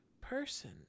person